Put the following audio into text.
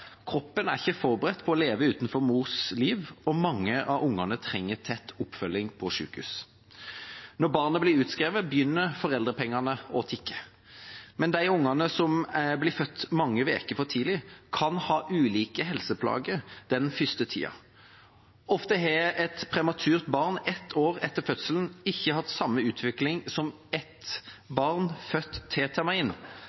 Kroppen er ikke forberedt på å leve utenfor mors liv, og mange av barna trenger tett oppfølging på sykehus. Når barnet blir utskrevet, begynner foreldrepengene å tikke. Men de barna som er blitt født mange uker for tidlig, kan ha ulike helseplager den første tiden. Ofte har et prematurfødt barn et år etter fødselen ikke hatt den samme utviklingen som